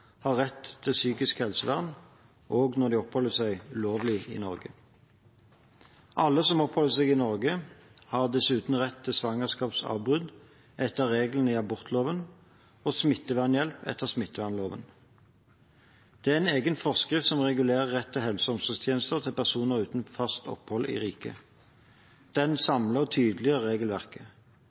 har rett til psykisk helsevern, også når de oppholder seg ulovlig i Norge. Alle som oppholder seg i Norge, har dessuten rett til svangerskapsavbrudd, etter regelen i abortloven, og til smittevernhjelp, etter smittevernloven. En egen forskrift regulerer rett til helse- og omsorgstjenester for personer uten fast opphold i riket. Den samler og tydeliggjør regelverket.